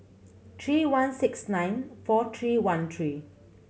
three one six nine four three one three